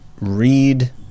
read